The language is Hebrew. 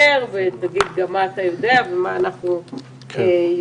ותגיד גם מה אתה יודעו מה אנחנו יודעים.